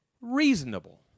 reasonable